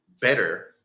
better